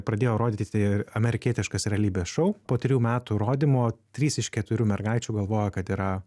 pradėjo rodyti amerikietiškas realybės šou po trijų metų rodymo trys iš keturių mergaičių galvojo kad yra